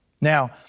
Now